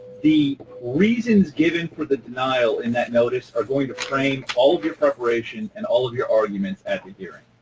the reasons given for the denial in that notice are going to frame all of your preparation and all of your arguments at the hearing,